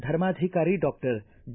ಧರ್ಮಾಧಿಕಾರಿ doctor D